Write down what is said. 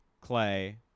Clay